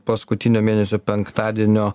paskutinio mėnesio penktadienio